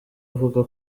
uvuga